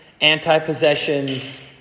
anti-possessions